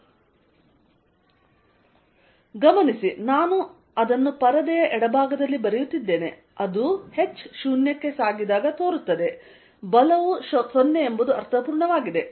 Fvertical2πqλhR4π0h2R232Qqh4π0h2R232 ಗಮನಿಸಿ ನಾನು ಅದನ್ನು ಪರದೆಯ ಎಡಭಾಗದಲ್ಲಿ ಬರೆಯುತ್ತಿದ್ದೇನೆ ಅದು h 0 ಗೆ ಸಾಗಿದಾಗ ತೋರುತ್ತದೆ ಬಲವು 0 ಎಂಬುದು ಅರ್ಥಪೂರ್ಣವಾಗಿದೆ